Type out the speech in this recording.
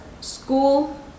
school